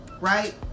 right